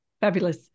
Fabulous